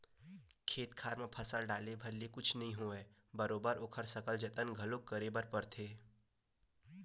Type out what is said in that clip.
खेत खार म फसल डाले भर ले कुछु नइ होवय बरोबर ओखर सकला जतन घलो करे बर परथे